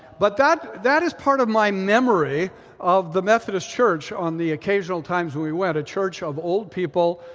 but that, that is part of my memory of the methodist church on the occasional times we went a church of old people,